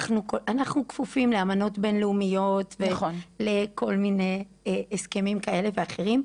אנחנו כפופים לאמנות בין-לאומיות ולכל מיני הסכמים כאלה ואחרים.